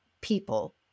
people